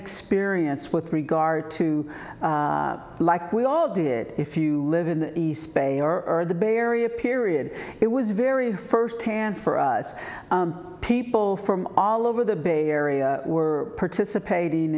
experience with regard to like we all did if you live in the east bay or the bay area period it was very first hand for us people from all over the bay area were participating